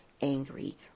angry